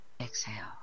exhale